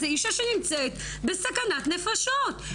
זו אישה שנמצאת בסכנת נפשות,